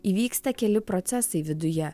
įvyksta keli procesai viduje